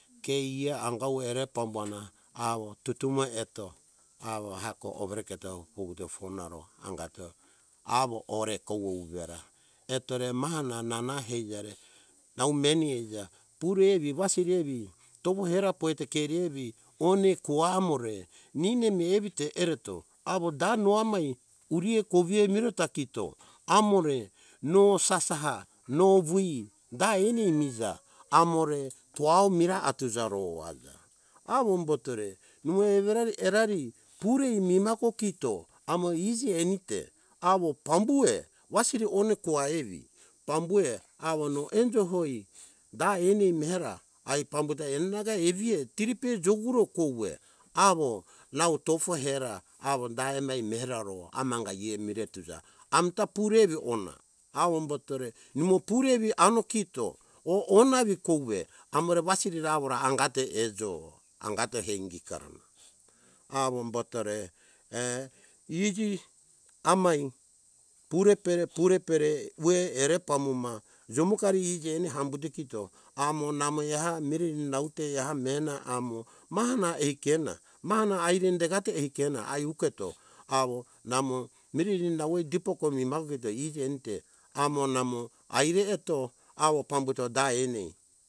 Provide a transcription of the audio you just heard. Ke ie anga ue ere pambuana awo tutumo eto awo heiko overeketo vuto fona ro, eto awo ore kouve vuvera eto re mama na nana heija nau meni haija pure evi wasiri ave tofo hera pojeto keri evi one koa amore, ninemi evito ereto awo da no amai urie kovie mireta kito amo re no sasaha no voi da eni ai mija amore toau mirai atuja ro. Avombotore no everi erari purei mimako kito amo iji eni te awo pambue wasiri one koa evi pambue awo no enjo hoi, da ena ai mera ai pambuto enanaka evi e tiripe jokoru kove awo nau tofo hera awo da emai meraro amnga iea miretuja amita pure evi ona avombotore, imo pure evi anukito re o- ona evi kouve amore wasiri re awora te ejo eto hei ingikarana, awomboto re iji amai pure pere - pur pere ue ere pambuma, jumokari iji eni hambuto amo namo eha mereri nau eh te eha mena amo maha mi ei kena ai uketo namo mireri nau e dipori mimako eto iji enite amo namo aire eto awo pambuto da eni.